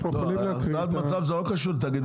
לא, החזרת מצב זה לא קשור לתאגידי מים,